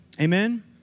Amen